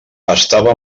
estava